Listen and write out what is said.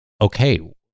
okay